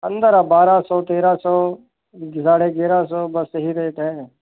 अन्दर अब बारह सौ तेरह सौ साढ़े ग्यारह सौ बस यही रेट है